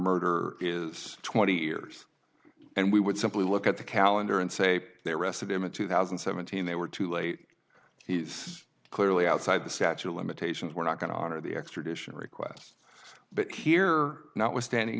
murder is twenty years and we would simply look at the calendar and say they arrested him in two thousand and seventeen they were too late he's clearly outside the statute of limitations we're not going to honor the extradition request but here notwithstanding